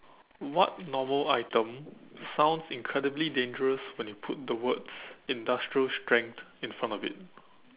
what normal item sounds incredibly dangerous when you put the words industrial strength in front of it